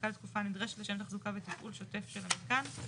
הפסקה לתקופה הנדרשת לשם תחזוקה ותפעול שוטף של המיתקן,